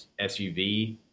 SUV